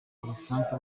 abafaransa